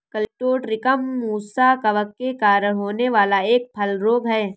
colletotrichum musa कवक के कारण होने वाला एक फल रोग है